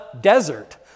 desert